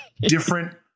different